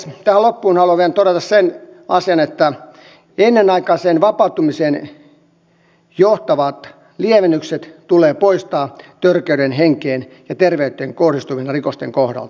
tähän loppuun haluan vielä todeta sen asian että ennenaikaiseen vapautumiseen johtavat lievennykset tulee poistaa törkeiden henkeen ja terveyteen kohdistuvien rikosten kohdalta